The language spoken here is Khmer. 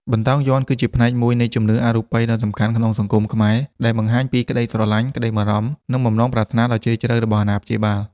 បន្តោងយ័ន្ត គឺជាផ្នែកមួយនៃជំនឿអរូបីដ៏សំខាន់ក្នុងសង្គមខ្មែរ ដែលបង្ហាញពីក្ដីស្រឡាញ់ ក្ដីបារម្ភ និងបំណងប្រាថ្នាដ៏ជ្រាលជ្រៅរបស់អាណាព្យាបាល។